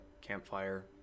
campfire